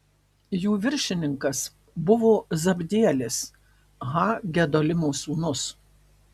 jų viršininkas buvo zabdielis ha gedolimo sūnus